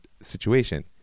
situation